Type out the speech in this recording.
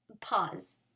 Pause